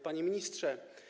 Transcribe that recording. Panie Ministrze!